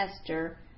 Esther